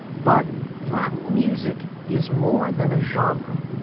but latin music is more than a genre.